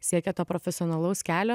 siekia to profesionalaus kelio